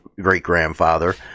great-grandfather